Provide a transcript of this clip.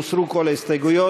הוסרו כל ההסתייגויות.